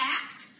act